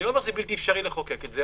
אני לא אומר שזה בלתי אפשרי לחוקק את זה.